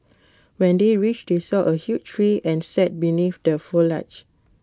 when they reached they saw A huge tree and sat beneath the foliage